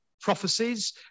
prophecies